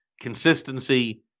consistency